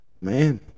man